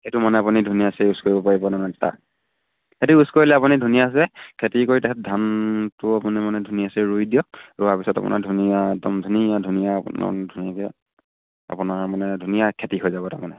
সেইটো মানে আপুনি ধুনীয়াছে ইউজ কৰিব পাৰিব তাৰমানে তা সেইটো ইউজ কৰিলে আপুনি ধুনীয়াছে খেতি কৰি তাৰছত ধানটো আপুনি মানে ধুনীয়াছে ৰুই দিয়ক ৰোৱাৰ পিছত আপোনাৰ ধুনীয়া একদম ধুনীয়া ধুনীয়া আপোনাৰ ধুনীয়াকৈ আপোনাৰ মানে ধুনীয়া খেতি হৈ যাব তাৰমানে